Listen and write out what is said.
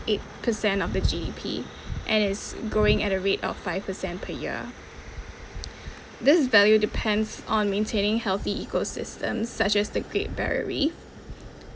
eight percent of the G_D_P and it's growing at a rate of five percent per year this value depends on maintaining healthy ecosystems such as the great barrier reef